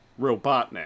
Robotnik